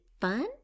Fun